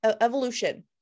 evolution